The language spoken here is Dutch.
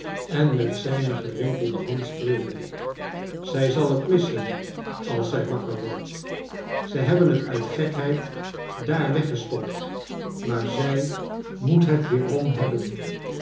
en met zijne gerimpelde hand streelde zij zal het missen als zij wakker wordt zij hebben het uit gekheid daar weggestopt maar zij moet het weerom hebben